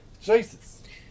Jesus